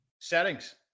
Settings